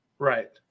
Right